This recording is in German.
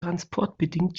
transportbedingt